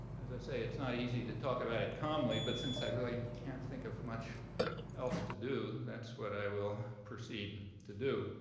as i say, it's not easy to talk about it calmly. but since i really can't think of much else to do, that's what i will proceed to do,